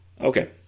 Okay